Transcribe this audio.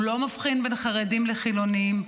הוא לא מבחין בין חרדים לחילונים,